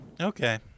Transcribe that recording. Okay